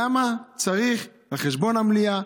למה צריך על חשבון המליאה?